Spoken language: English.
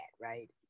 right